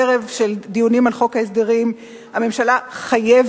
ערב דיונים על חוק ההסדרים: הממשלה חייבת,